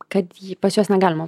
kad jį pas juos negalima